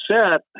set